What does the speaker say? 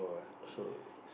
so